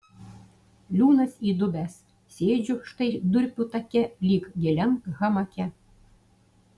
liūnas įdubęs sėdžiu štai durpių take lyg giliam hamake